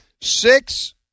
Six